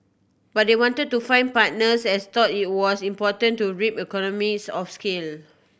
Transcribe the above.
but they wanted to find partners as thought it was important to reap economies of scale